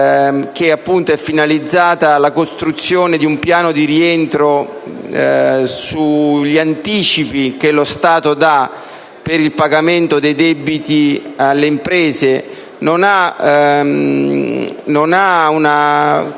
norma finalizzata alla costruzione di un piano di rientro sugli anticipi che lo Stato da per il pagamento dei debiti alle imprese non ha una